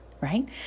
Right